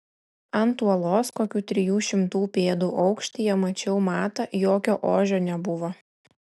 ant uolos kokių trijų šimtų pėdų aukštyje mačiau matą jokio ožio nebuvo